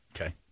Okay